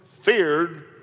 feared